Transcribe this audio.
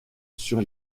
sur